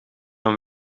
een